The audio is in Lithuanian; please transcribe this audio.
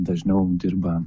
dažniau dirba